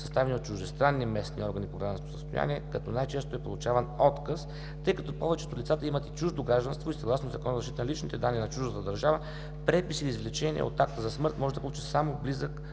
съставени от чуждестранни местни органи по гражданско състояние, като най-често е получаван отказ, тъй като повечето от лицата имат и чуждо гражданство и съгласно Закона за защита на личните данни на чуждата държава, препис или извлечениe от акта за смърт може да получи само близък